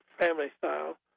family-style